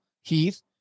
Heath